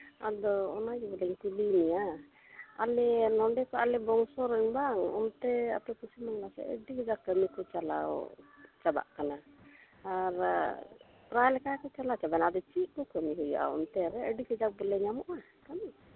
ᱟᱫᱚ ᱚᱱᱟ ᱜᱮ ᱢᱤᱫ ᱫᱷᱟᱣᱤᱧ ᱠᱩᱞᱤ ᱢᱮᱭᱟ ᱟᱞᱮ ᱱᱚᱸᱰᱮ ᱠᱷᱚᱡ ᱟᱞᱮ ᱵᱚᱝᱥᱚ ᱨᱮᱱ ᱵᱟᱝ ᱚᱱᱛᱮ ᱟᱯᱮ ᱠᱚᱥᱮᱱ ᱜᱟᱛᱮ ᱤᱫᱤ ᱞᱮᱫᱟ ᱯᱮ ᱱᱩᱠᱩ ᱪᱟᱞᱟᱣ ᱪᱟᱵᱟᱜ ᱠᱟᱱᱟ ᱟᱨ ᱯᱮᱨᱟᱭ ᱞᱮᱠᱟ ᱠᱚ ᱪᱟᱞᱟᱣ ᱪᱟᱵᱟᱭᱮᱱᱟ ᱟᱫᱚ ᱪᱮᱫ ᱠᱚ ᱠᱟᱹᱢᱤ ᱦᱩᱭᱩᱜᱼᱟ ᱚᱱᱛᱮ ᱨᱮ ᱟᱹᱰᱤ ᱠᱟᱹᱰᱤ ᱠᱟᱡᱟᱠ ᱵᱚᱞᱮ ᱧᱟᱢᱚᱜᱼᱟ ᱠᱟᱹᱢᱤ